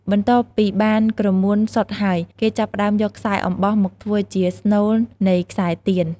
បន្ទាប់ពីបានក្រមួនសុទ្ធហើយ គេចាប់ផ្តើមយកខ្សែអំបោះមកធ្វើជាស្នូលនៃខ្សែទៀន។